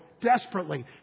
desperately